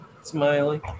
Smiley